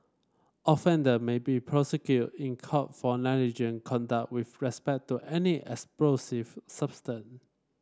offender may be prosecuted in court for negligent conduct with respect to any explosive